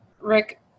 Rick